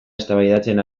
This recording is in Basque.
eztabaidatzen